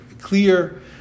clear